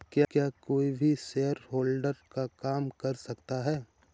क्या कोई भी शेयरहोल्डर का काम कर सकता है?